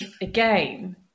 again